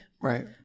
Right